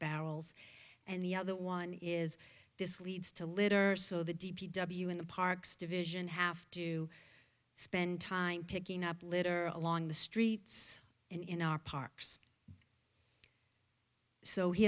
barrels and the other one is this leads to litter so the d p w in the parks division have to spend time picking up litter along the streets and in our parks so